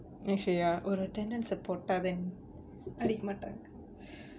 actually ya ஒரு:oru attendance போட்டா:pottaa then அடிக்க மாட்டாங்க:adikka maattaanga